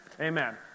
Amen